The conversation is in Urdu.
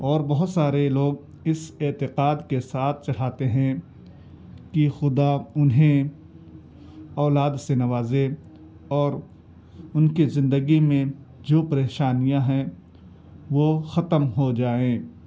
اور بہت سارے لوگ اس اعتقاد کے ساتھ چڑھاتے ہیں کہ خدا انہیں اولاد سے نوازے اور ان کی زندگی میں جو پریشانیاں ہیں وہ ختم ہو جائیں